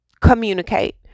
communicate